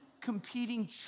competing